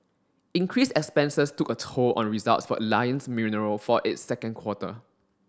increased expenses took a toll on results for Alliance Mineral for its second quarter